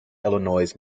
illinois